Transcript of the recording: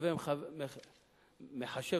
והווי מחשב